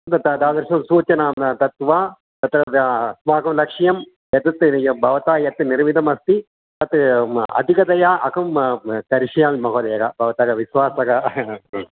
तद् तादृशसूचनां दत्वा तत्र अस्माकं लक्ष्यं यत् भवता यत् निर्मितमस्ति तत् अधिकतया अहं करिष्यामि महोदय भवतः विश्वासः